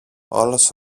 όλος